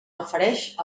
refereix